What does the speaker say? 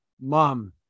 mom